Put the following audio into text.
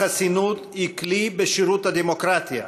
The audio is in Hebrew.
החסינות היא כלי בשירות הדמוקרטיה,